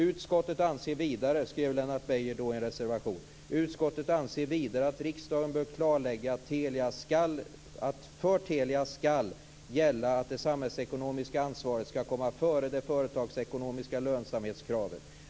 Lennart Beijer skrev då i en reservation: "Utskottet anser vidare att riksdagen bör klarlägga att för Telia skall gälla att det samhällsekonomiska ansvaret skall komma före det företagsekonomiska lönsamhetskravet.